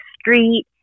street